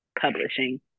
publishing